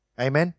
Amen